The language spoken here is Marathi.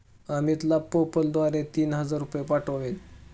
अमितला पेपाल द्वारे दोन हजार पाठवावेत